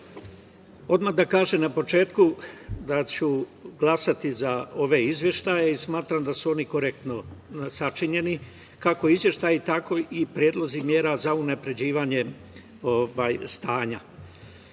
odmah da kažem na početku da ću glasati za ove izveštaje i smatram da su oni korektno sačinjeni, kako izveštaji, tako i predlozi mera za unapređivanje stanja. Pred